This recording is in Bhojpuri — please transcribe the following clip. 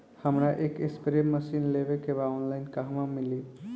हमरा एक स्प्रे मशीन लेवे के बा ऑनलाइन कहवा मिली?